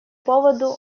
поводу